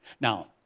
Now